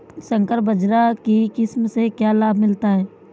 संकर बाजरा की किस्म से क्या लाभ मिलता है?